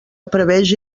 prevegi